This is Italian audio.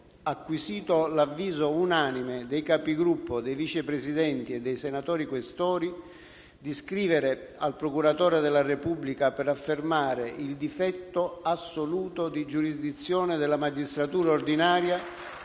acquisito l'avviso unanime dei Capigruppo, dei Vice Presidenti e dei senatori Questori, di scrivere al procuratore della Repubblica per affermare il difetto assoluto di giurisdizione della magistratura ordinaria